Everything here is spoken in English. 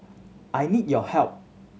I need your help